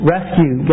Rescue